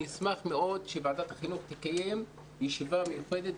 אני אשמח מאוד שוועדת החינוך תקיים ישיבה מיוחדת,